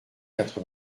quatre